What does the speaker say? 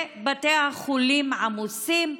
ובתי החולים עמוסים,